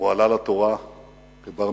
הוא עלה לתורה כבר-מצווה,